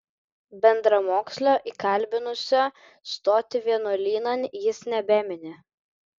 bendramokslio įkalbinusio stoti vienuolynan jis nebemini